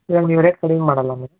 ಏನು ನೀವು ರೇಟ್ ಕಡಿಮೆ ಮಾಡೋಲ್ಲ